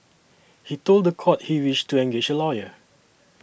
he told the court he wished to engage a lawyer